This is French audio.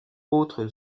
autres